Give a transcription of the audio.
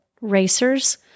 racers